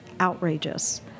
outrageous